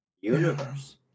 universe